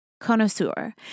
connoisseur